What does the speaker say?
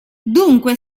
dunque